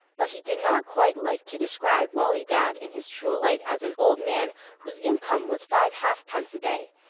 but he did not quite like to describe wali dad in his true light as an old man whose income was five halfpence a day,